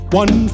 one